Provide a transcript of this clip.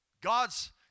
God's